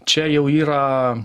čia jau yra